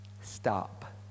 Stop